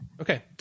Okay